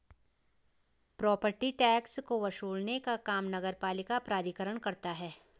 property tax को वसूलने का काम नगरपालिका प्राधिकरण करता है